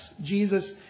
Jesus